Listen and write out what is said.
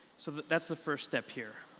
so that's the first step here.